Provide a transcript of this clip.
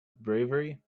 bravery